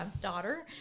daughter